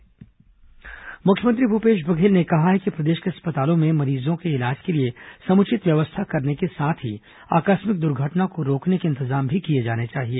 मुख्यमंत्री समीक्षा मुख्यमंत्री भूपेश बघेल ने कहा है कि प्रदेश के अस्पतालों में मरीजों के इलाज के लिए समुचित व्यवस्था करने के साथ ही आकस्मिक दुर्घटना को रोकने के इंतजाम भी किए जाने चाहिए